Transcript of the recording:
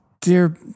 dear